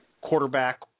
quarterback